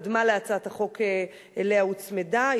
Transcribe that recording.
קדמה להצעת החוק שאליה הוצמדה.